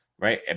right